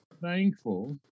thankful